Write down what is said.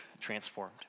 transformed